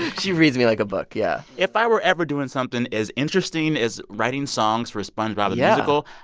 she reads me like a book. yeah if i were ever doing something as interesting as writing songs for a spongebob musical,